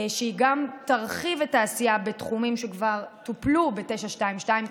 שגם תרחיב את העשייה בתחומים שכבר טופלו ב-922,